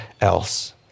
else